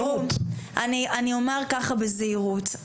אני אומר ככה בזהירות,